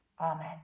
Amen